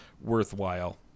worthwhile